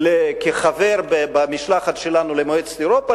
כחבר במשלחת שלנו למועצת אירופה,